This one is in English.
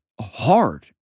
hard